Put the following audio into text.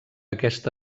aquesta